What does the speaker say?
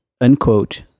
unquote